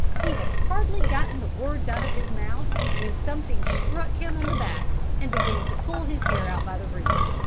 he had hardly gotten the words out of his mouth when something struck him on the back and began to pull his hair out by the roots.